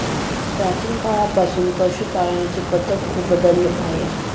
प्राचीन काळापासून पशुपालनाची पद्धत खूप बदलली आहे